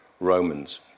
Romans